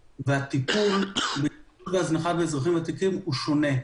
והטיפול במניעת הזנחה באזרחים ותיקים הוא שונה.